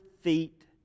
feet